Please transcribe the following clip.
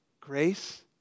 Grace